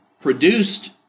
produced